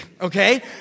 Okay